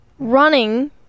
Running